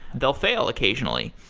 they'll fail occasionally.